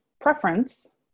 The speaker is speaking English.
preference